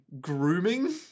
grooming